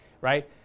right